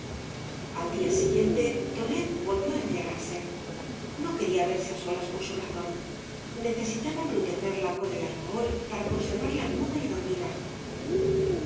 al día siguiente tonet volvió á embriagarse no quería verse á solas con su razón necesitaba embrutecerla con el alcohol para conservarla muda y dormida